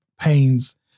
pains